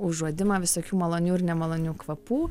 užuodimą visokių malonių ir nemalonių kvapų